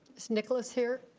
is nicholas here?